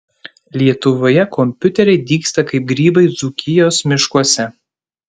lietuvoje kompiuteriai dygsta kaip grybai dzūkijos miškuose